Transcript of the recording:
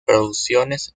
producciones